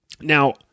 Now